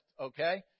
okay